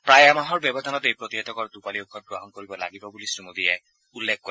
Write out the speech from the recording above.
প্ৰায় এমাহৰ ব্যৱধানত এই প্ৰতিষেধকৰ দূপালি ঔষধ গ্ৰহণ কৰিব লাগিব বুলি শ্ৰীমোদীয়ে উল্লেখ কৰে